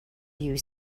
you